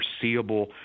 foreseeable